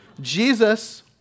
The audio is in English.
Jesus